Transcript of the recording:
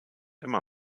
immer